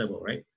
right